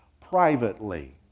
privately